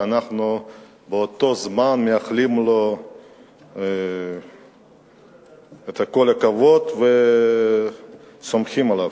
ואנחנו באותו זמן מאחלים לו כל הכבוד וסומכים עליו.